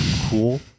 cool